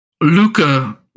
Luca